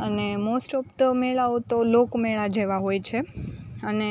અને most of તો મેળાઓ તો લોક મેળા જેવા હોય છે અને